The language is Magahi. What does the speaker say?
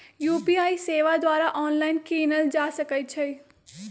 यू.पी.आई सेवा द्वारा ऑनलाइन कीनल जा सकइ छइ